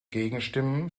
gegenstimmen